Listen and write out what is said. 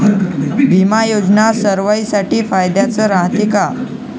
बिमा योजना सर्वाईसाठी फायद्याचं रायते का?